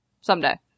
someday